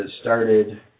started